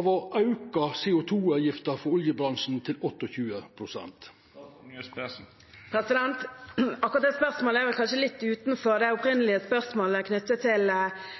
av å auka CO 2 -avgifta for oljebransjen til 28 pst. Akkurat det spørsmålet er vel kanskje litt utenfor det opprinnelige spørsmålet knyttet til